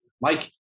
Mike